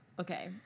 Okay